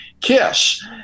kiss